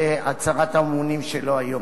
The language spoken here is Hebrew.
זה הצהרת האמונים שלו היום.